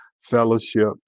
fellowship